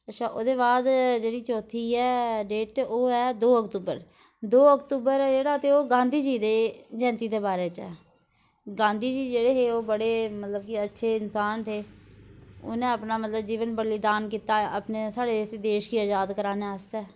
अच्छा ओहदे बाद जेह्ड़ी चौथी ऐ डेट ते ओह् ऐ दो अक्तूबर दो अक्तूबर ऐ जेह्ड़ा ते ओह् गांधी जी दी जयंती दे बारे च ऐ गांधी जी जेह्ड़े हे ओह् बड़े मतलब कि अच्छे इंसान थे उ'नें अपना जीवन मतलब बलिदान कीता अपने साढ़े इस देश गी अजाद कराने आस्तै